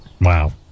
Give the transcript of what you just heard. wow